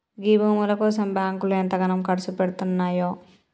గీ భూముల కోసం బాంకులు ఎంతగనం కర్సుపెడ్తున్నయో